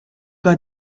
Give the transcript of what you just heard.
got